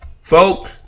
Folk